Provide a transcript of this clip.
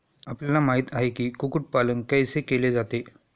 आपल्याला माहित आहे की, कुक्कुट पालन कैसे केले जाते?